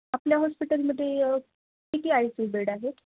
आपल्या हॉस्पिटलमध्ये किती आय सी बेड आहेत